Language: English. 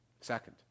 Second